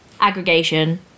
aggregation